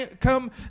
come